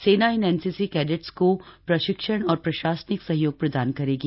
सेना इन एनसीसी कैंडेटों को प्रशिक्षण और प्रशासनिक सहयोग प्रदान करेगी